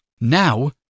Now